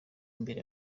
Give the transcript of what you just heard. imbere